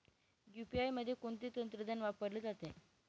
UPI मध्ये कोणते तंत्रज्ञान वापरले जाते?